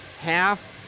half